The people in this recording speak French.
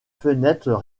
fenêtres